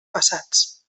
passats